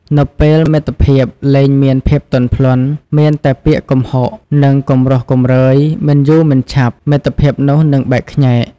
នៅពេលមិត្តភាពលែងមានភាពទន់ភ្លន់ មានតែពាក្យគំហក និង គំរោះគំរើយ មិនយូរមិនឆាប់ មិត្តភាពនោះនឹងបែកខ្ញែក។